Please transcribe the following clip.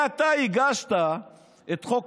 אתה הגשת את חוק